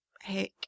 Heck